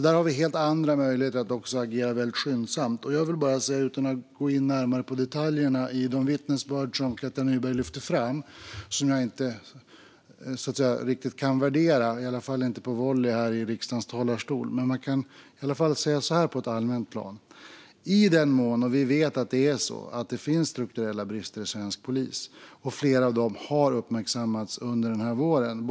Där har vi alltså helt andra möjligheter att agera skyndsamt. Jag ska inte gå in närmare på detaljerna när det gäller de vittnesbörd som Katja Nyberg lyfter fram och som jag inte riktigt kan värdera, i alla fall inte på volley här i riksdagens talarstol. Men man kan i alla fall säga något på ett allmänt plan. Vi vet att det finns strukturella brister i svensk polis. Flera av dem har uppmärksammats under denna vår.